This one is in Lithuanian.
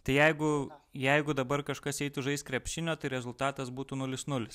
tai jeigu jeigu dabar kažkas eitų žaist krepšinio tai rezultatas būtų nulis nulis